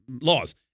laws